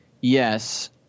Yes